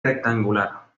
rectangular